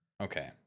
Okay